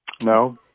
No